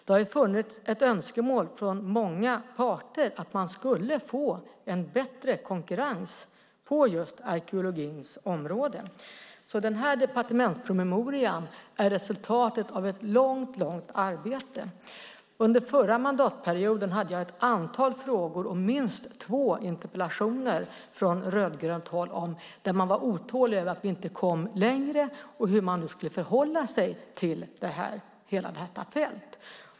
Det har funnits ett önskemål från alla parter om en bättre konkurrens på just arkeologins område, så den här departementspromemorian är resultatet av ett långt, långt arbete. Under förra mandatperioden hade jag ett antal frågor och minst två interpellationer från rödgrönt håll där man var otålig över att vi inte kommit längre och om hur vi skulle förhålla oss till hela detta fält.